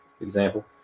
example